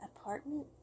apartment